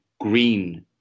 green